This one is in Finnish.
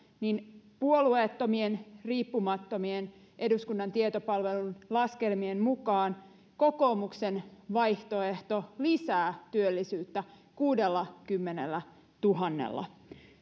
niin puolueettomien ja riippumattomien eduskunnan tietopalvelun laskelmien mukaan kokoomuksen vaihtoehto lisää työllisyyttä kuudellakymmenellätuhannella